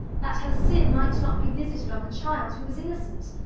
that her sin might not be visited on the child, who was innocent.